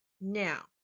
Now